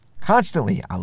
Constantly